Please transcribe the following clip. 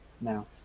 now